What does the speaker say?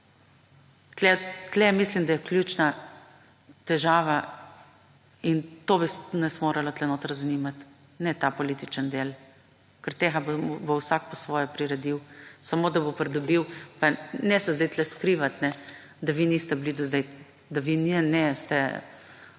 Tukaj mislim, da je ključna težava in to bi nas moralo tukaj notri zanimati. Ne ta politični del, ker tega bo vsak po svoje priredil samo, da bo pridobil. Pa ne se zdaj tukaj skrivati, da vi niste bili do zdaj, da vi ne ste upoštevali